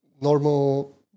normal